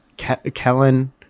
Kellen